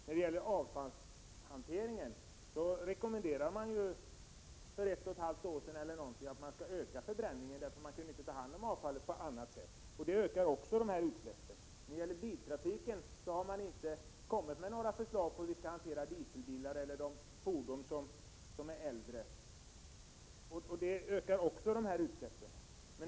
När det gäller avfallshanteringen rekommenderade man för ett och ett halvt år sedan en ökning av förbränningen, eftersom det inte gick att ta hand om avfallet på annat sätt. Det ökar också dessa utsläpp. När det gäller biltrafiken har det inte kommit några förslag om hur man skall hantera dieselbilarna och de äldre fordonen. Även dessa ökar utsläppen.